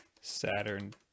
Saturn